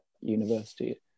university